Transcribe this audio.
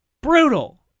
brutal